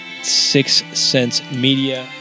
sixcentsmedia